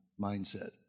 mindset